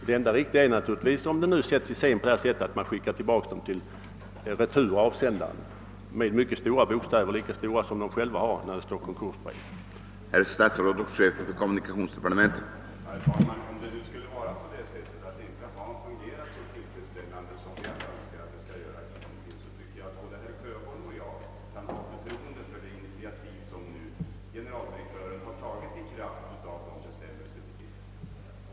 Den enda riktiga åtgärden, om företeelsen sätts i system, är naturligtvis att man skickar tillbaka breven med påskriften »Retur avsändaren» i stora bokstäver — lika stora som firmorna själva använder på sina brev när de sätter ut beteckningen »Konkursbrev».